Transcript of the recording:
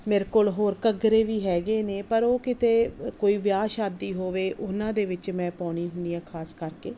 ਮੇਰੇ ਕੋਲ ਹੋਰ ਘਘਰੇ ਵੀ ਹੈਗੇ ਨੇ ਪਰ ਉਹ ਕਿਤੇ ਕੋਈ ਵਿਆਹ ਸ਼ਾਦੀ ਹੋਵੇ ਉਹਨਾਂ ਦੇ ਵਿੱਚ ਮੈਂ ਪਾਉਂਦੀ ਹੁੰਦੀ ਹਾਂ ਖ਼ਾਸ ਕਰਕੇ